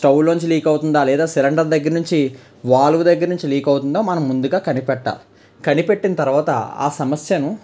స్టవ్లో నుంచి లీక్ అవుతుందా లేదా సిలిండర్ దగ్గర నుంచి వాల్వ్ దగ్గర నుంచి లీక్ అవుతుందా మనం ముందుగా కనిపెట్టాలి కనిపెట్టిన తర్వాత ఆ సమస్యను